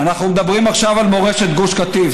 אנחנו מדברים עכשיו על מורשת גוש קטיף,